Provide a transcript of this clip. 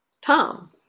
Tom